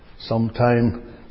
Sometime